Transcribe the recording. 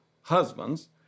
husbands